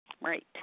Right